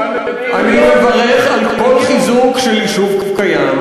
אני מברך על כל חיזוק של יישוב קיים,